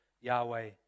Yahweh